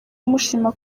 mushima